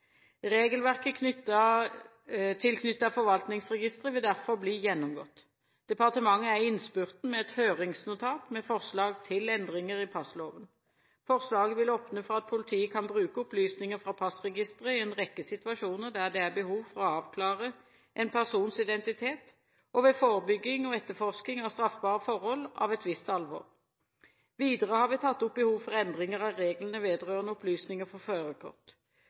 vil derfor bli gjennomgått. Departementet er i innspurten med et høringsnotat med forslag til endringer i passloven. Forslaget vil åpne for at politiet kan bruke opplysninger fra passregisteret i en rekke situasjoner der det er behov for å avklare en persons identitet, og ved forebygging og etterforskning av straffbare forhold av et visst alvor. Videre har vi tatt opp behov for endringer av reglene vedrørende opplysninger om førerkort.